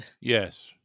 Yes